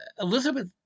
Elizabeth